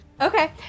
Okay